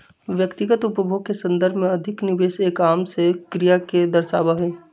व्यक्तिगत उपभोग के संदर्भ में अधिक निवेश एक आम से क्रिया के दर्शावा हई